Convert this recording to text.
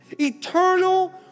eternal